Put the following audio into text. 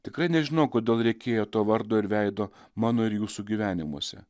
tikrai nežinau kodėl reikėjo to vardo ir veido mano ir jūsų gyvenimuose